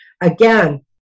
again